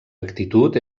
actitud